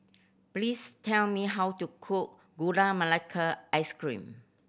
please tell me how to cook Gula Melaka Ice Cream